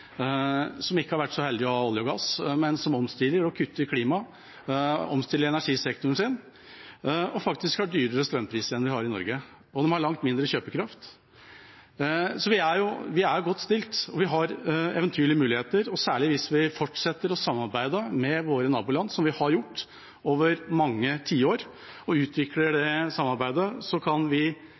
som ikke har vært så heldig å ha olje og gass, men som omstiller energisektoren sin og kutter i klimagassutslipp, og som faktisk har høyere strømpriser enn vi har i Norge. De har også langt mindre kjøpekraft. Så vi er godt stilt, og vi har eventyrlige muligheter. Særlig hvis vi fortsetter å samarbeide med våre naboland, som vi har gjort over mange tiår, og utvikler det samarbeidet, kan vi